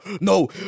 no